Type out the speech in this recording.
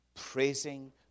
praising